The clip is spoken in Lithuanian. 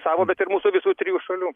savo bet ir mūsų visų trijų šalių